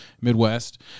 midwest